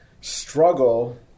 struggle